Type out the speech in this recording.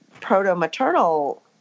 proto-maternal